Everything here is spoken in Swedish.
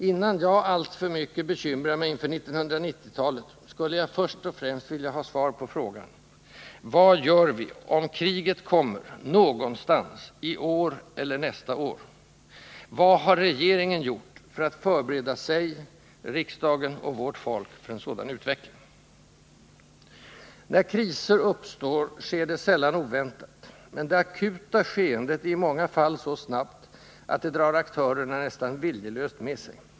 Innan jag alltför mycket bekymrar mig inför 1990-talet skulle jag först och främst vilja ha svar på frågan: Vad gör vi ”om kriget kommer”, någonstans, i år, eller nästa år? Vad har regeringen gjort för att förbereda sig, riksdagen och vårt folk för en sådan utveckling? När kriser uppstår, sker det sällan oväntat, men det akuta skeendet är i många fall så snabbt att det drar aktörerna nästan viljelöst med sig.